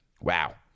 Wow